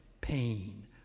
pain